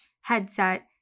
headset